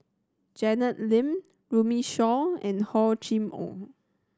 Janet Lim Runme Shaw and Hor Chim Or